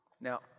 Now